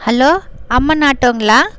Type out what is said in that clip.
hello Amman ஆட்டோங்களா